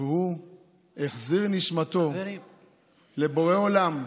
והוא החזיר נשמתו לבורא עולם.